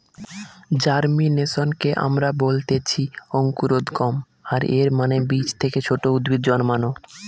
জার্মিনেশনকে আমরা বলতেছি অঙ্কুরোদ্গম, আর এর মানে বীজ থেকে ছোট উদ্ভিদ জন্মানো